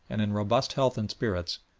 and in robust health and spirits,